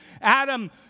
Adam